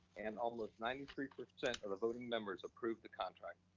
and all of ninety three percent of the voting members approved the contract.